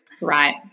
Right